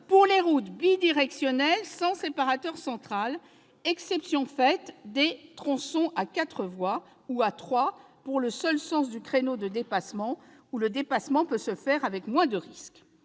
des routes bidirectionnelles sans séparateur central, exception faite des tronçons à quatre voies, ou à trois pour le seul sens du créneau de dépassement où le dépassement peut se faire avec moins de risques.